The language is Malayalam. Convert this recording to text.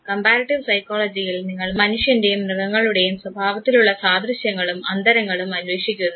കംപാരറ്റീവ് സൈക്കോളജിയിൽ നിങ്ങൾ മനുഷ്യൻറെയും മൃഗങ്ങളുടെയും സ്വഭാവത്തിലുള്ള സാദൃശ്യങ്ങളും അന്തരങ്ങളും അന്വേഷിക്കുന്നു